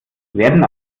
werden